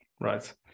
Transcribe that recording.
Right